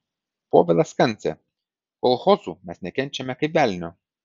povilas kancė kolchozų mes nekenčiame kaip velnio